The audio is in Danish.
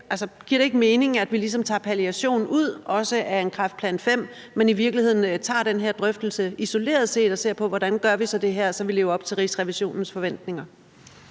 så giver det ikke mening, at vi ligesom også tager palliation ud af en kræftplan V og i virkeligheden tager den her drøftelse isoleret set og ser på, hvordan vi så gør det her, så vi lever op til Rigsrevisionens forventninger?